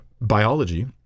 biology